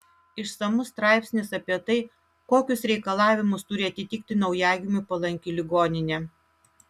išsamus straipsnis apie tai kokius reikalavimus turi atitikti naujagimiui palanki ligoninė